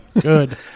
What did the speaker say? good